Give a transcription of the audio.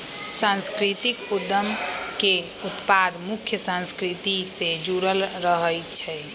सांस्कृतिक उद्यम के उत्पाद मुख्य संस्कृति से जुड़ल रहइ छै